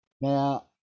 now